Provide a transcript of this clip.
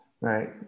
Right